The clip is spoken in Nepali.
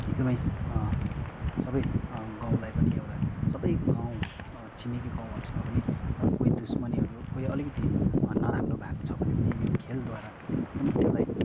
एकदमै सबै गाउँलाई पनि एउटा सबै गाउँ छिमेकी गाउँहरूसँग पनि कोही दुश्मनीहरू कोही अलिकिति नराम्रो भएको छ भने पनि यो खेलद्वारा एकदम त्यसलाई